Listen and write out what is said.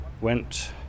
went